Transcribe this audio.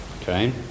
Okay